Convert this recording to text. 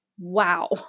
wow